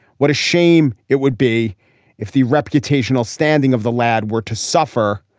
what a shame it would be if the reputational standing of the lad were to suffer.